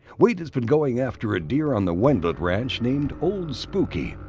wade has been going after a deer on the wendlandt ranch named old spooky,